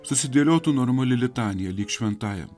susidėliotų normali litanija lyg šventajam